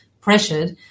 pressured